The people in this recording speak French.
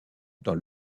dans